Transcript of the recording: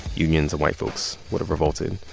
unions and white folks would have revolted.